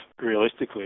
realistically